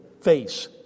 face